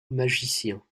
magicien